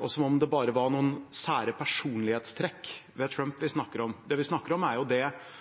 og som om det bare var noen sære personlighetstrekk ved Trump vi snakker om. Det vi snakker om, er